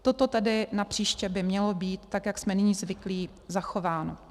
Toto tedy napříště by mělo být tak, jak jsme nyní zvyklí, zachováno.